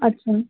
अच्छा